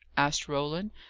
asked roland.